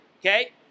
Okay